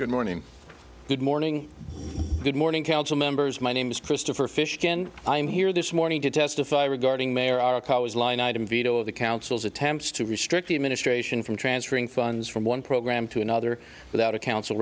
good morning good morning good morning council members my name's christopher fishkin i'm here this morning to testify regarding mayor is line item veto of the council's attempts to restrict the administration from transferring funds from one program to another without a council